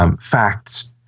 facts